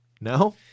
No